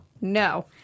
no